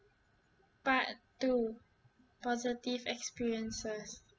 part two positive experiences